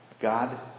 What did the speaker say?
God